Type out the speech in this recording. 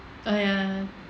uh ya